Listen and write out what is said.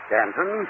Danton